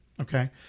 Okay